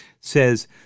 says